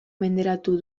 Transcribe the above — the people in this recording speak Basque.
menderatu